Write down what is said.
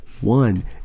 one